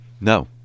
No